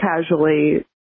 casually